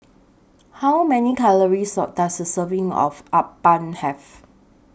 How Many Calories Does A Serving of Uthapam Have